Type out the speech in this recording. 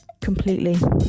Completely